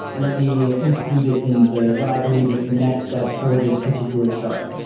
let me include it in the what i believe is the next step for this particular shard.